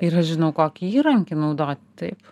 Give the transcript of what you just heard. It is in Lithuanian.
ir aš žinau kokį įrankį naudoti taip